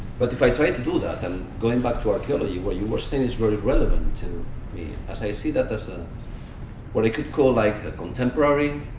but if i tried to do that, and going back to archaeology, what you were you were saying is really relevant to me. as i see that there's a what i could call like a contemporary